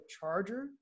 charger